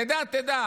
תדע, תדע.